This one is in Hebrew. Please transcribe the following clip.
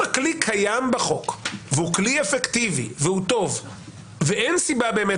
אם הכלי קיים בחוק והוא כלי אפקטיבי והוא טוב ואין סיבה באמת